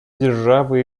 державы